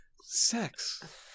Sex